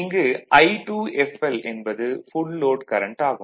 இங்கு I2fl என்பது full load current ஆகும்